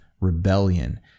rebellion